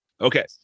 Okay